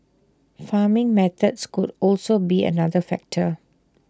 farming methods could also be another factor